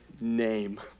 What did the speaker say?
name